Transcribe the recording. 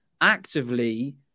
actively